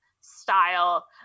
style